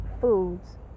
foods